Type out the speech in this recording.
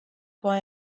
why